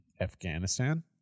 Afghanistan